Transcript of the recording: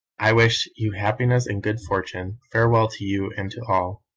i wish you happiness and good fortune. farewell to you and to all.